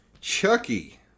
Chucky